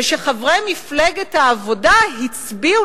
ושחברי מפלגת העבודה הצביעו,